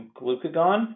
glucagon